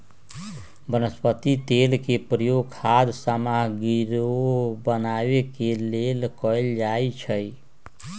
वनस्पति तेल के प्रयोग खाद्य सामगरियो बनावे के लेल कैल जाई छई